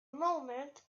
moment